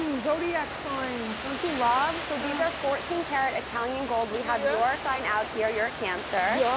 zodiac signs. don't you love? so these are fourteen carat italian gold. we have your sign out here, you're a cancer.